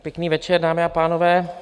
Pěkný večer, dámy a pánové.